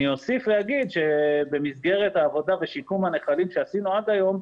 אני אוסיף ואומר שבמסגרת העבודה ושיקום הנחלים שעשינו עד היום,